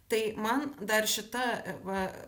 tai man dar šita va